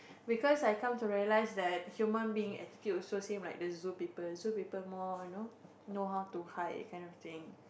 because I come to realise that human beings execute also same like the zoo people zoo people more you know know how to hide that kind of thing